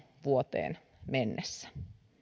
vuoteen kaksituhattasata mennessä